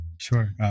Sure